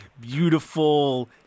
beautiful